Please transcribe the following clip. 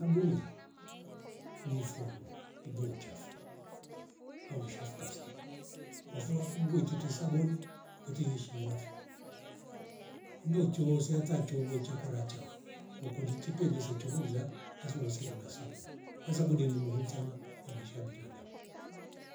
Abunere ni fua nguo idua uchafu au ushafu kabisa kwafua mumbo iteta saboni kwete yeshilafo mndo choose hata chovo chokora chao hukuli kipindi se chongo lila lazima usemi na sabandu kwa sabuni ni muhimu sana kwa maisha ya binadamu